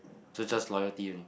so just loyalty only